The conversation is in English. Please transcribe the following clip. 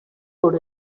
could